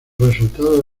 resultado